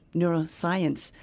neuroscience